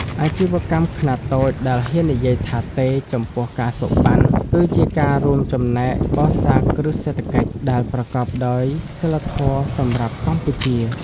អាជីវកម្មខ្នាតតូចដែលហ៊ាននិយាយថា "ទេ" ចំពោះ ការសូកប៉ាន់ គឺជាការរួមចំណែកកសាងគ្រឹះសេដ្ឋកិច្ចដែលប្រកបដោយសីលធម៌សម្រាប់កម្ពុជា។